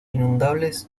inundables